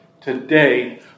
today